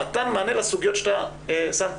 מתן מענה לסוגיות ששמת.